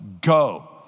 Go